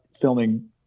filming